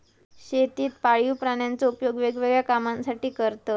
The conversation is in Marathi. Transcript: शेतीत पाळीव प्राण्यांचो उपयोग वेगवेगळ्या कामांसाठी करतत